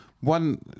One